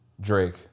drake